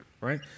right